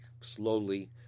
slowly